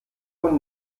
und